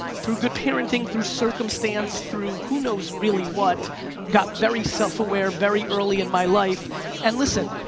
through good parenting, through circumstance, through who knows really what got very self aware very early in my life and listen,